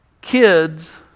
kids